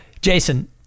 Jason